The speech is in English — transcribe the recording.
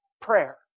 prayer